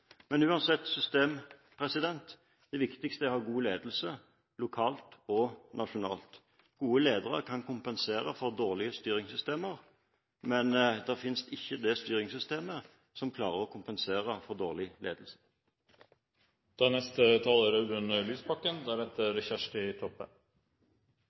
Uansett system; det viktigste er å ha god ledelse – lokalt og nasjonalt. Gode ledere kan kompensere for dårlige styringssystemer, men det finnes ikke det styringssystem som klarer å kompensere for dårlig ledelse. Jeg må først få påpeke til siste taler